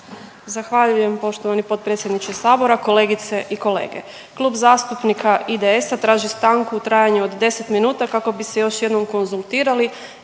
Zahvaljujem poštovani potpredsjedniče sabora. Kolegice i kolege, Klub zastupnika IDS-a traži stanku u trajanju od 10 minuta kako bi se još jednom konzultirali